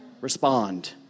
Respond